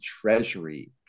treasury